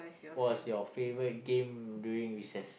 was your favorite game during recess